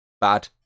bad